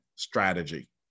strategy